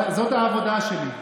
זאת העבודה שלי.